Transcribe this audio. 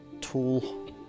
Tool